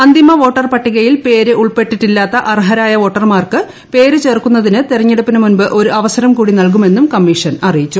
അന്തിമ വോട്ടർപട്ടികയിൽ പേര് ഉൾപ്പെട്ടിട്ടില്ലാത്ത അർഹരായ വോട്ടർമാർക്ക് പേര് ചേർക്കുന്നതിന് തിരഞ്ഞെടുപ്പിന് മുമ്പ് ഒരു അവസരം കൂടി നൽകുമെന്നും കമ്മീഷൻ അറിയിച്ചു